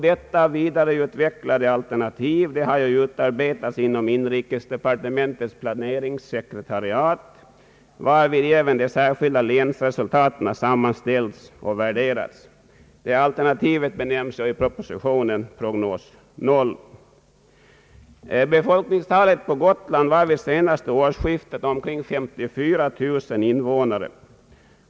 Detta vidareutvecklade prognosalternativ har utarbetats inom inrikesdepartementets planeringssekretariat, varvid även de skilda länsresultaten har sammanställts och värderats. Alternativet benämnes i propositionen »prognos 0». Gotland hade vid senaste årsskiftet omkring 54 000 invånare.